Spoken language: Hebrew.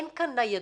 אין כאן ניידות.